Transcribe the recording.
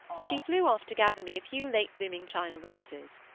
she flew off to gather me a few late-blooming china roses.